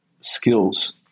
skills